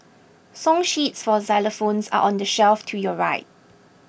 song sheets for xylophones are on the shelf to your right